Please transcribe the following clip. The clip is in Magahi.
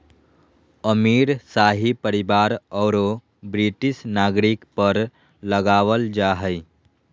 अमीर, शाही परिवार औरो ब्रिटिश नागरिक पर लगाबल जा हइ